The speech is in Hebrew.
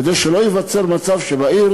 כדי שלא ייווצר מצב שהעיר